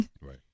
Right